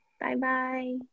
Bye-bye